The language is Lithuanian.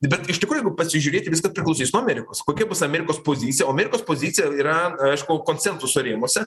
bet iš tikrųjų jeigu pasižiūrėti viskas priklausys nuo amerikos kokia bus amerikos pozicija o amerikos pozicija yra aišku konsensuso rėmuose